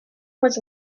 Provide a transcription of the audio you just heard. was